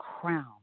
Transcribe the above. crown